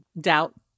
doubt